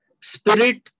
spirit